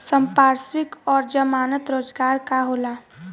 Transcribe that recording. संपार्श्विक और जमानत रोजगार का होला?